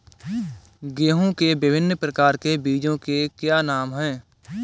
गेहूँ के विभिन्न प्रकार के बीजों के क्या नाम हैं?